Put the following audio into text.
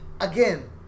Again